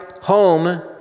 home